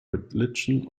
religion